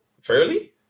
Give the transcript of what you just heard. fairly